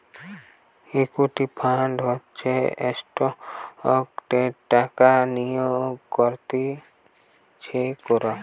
equity fund হচ্ছে স্টকসে টাকা বিনিয়োগ করতিছে কোরা